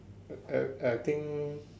uh I I think